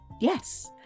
yes